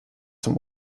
zum